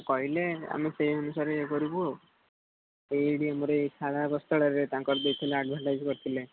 କହିଲେ ଆମେ ସେଇ ଅନୁସାରେ ଇଏ କରିବୁ ଆଉ ଏଇଠି ଆମର ଏଇ ସାରଳା ବସ୍ତ୍ରାଳୟରେ ତାଙ୍କର ଦେଇଥିଲେ ଆଡଭାଟାଇଜ୍ କରିଥିଲେ